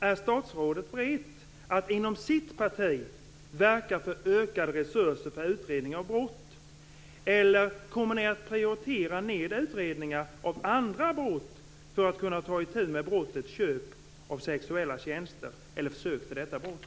Är statsrådet beredd att inom sitt parti verka för ökade resurser för utredning av brott, eller kommer ni att prioritera ned utredningar av andra brott för att kunna ta itu med brottet köp av sexuella tjänster eller försök till detta brott?